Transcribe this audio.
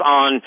on